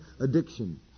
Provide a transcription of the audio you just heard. addiction